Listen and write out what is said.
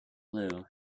blue